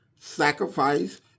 sacrifice